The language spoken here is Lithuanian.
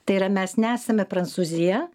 tai yra mes nesame prancūzija